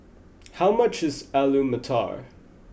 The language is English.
how much is Alu Matar